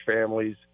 families